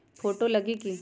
Photo लगी कि?